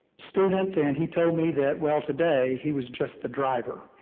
student and he told me that, well, today, he was just the driver.